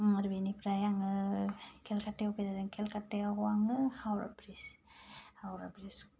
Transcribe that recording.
आरो बिनिफ्राय आङो केलकातायाव बेरायदों केलकातायाव आङो हावराह ब्रीज हावराह ब्रीज